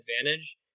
advantage